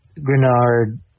Grenard